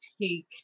take